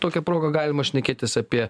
tokia proga galima šnekėtis apie